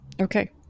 Okay